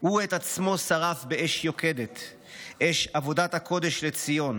/ הוא את עצמו שרף באש יוקדת / אש עבודת הקודש לציון.